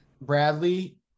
bradley